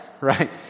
right